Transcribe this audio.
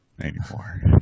anymore